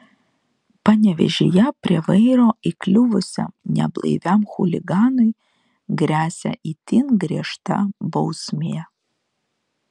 panevėžyje prie vairo įkliuvusiam neblaiviam chuliganui gresia itin griežta bausmė